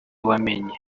wamenye